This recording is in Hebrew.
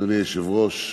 אדוני היושב-ראש,